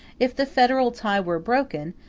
if the federal tie were broken,